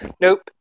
Nope